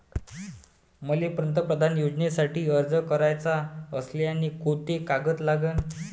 मले पंतप्रधान योजनेसाठी अर्ज कराचा असल्याने कोंते कागद लागन?